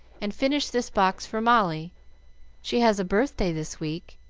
and finish this box for molly she has a birthday this week,